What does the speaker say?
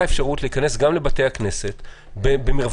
אפשרות להיכנס גם לבתי הכנסת במרווחים.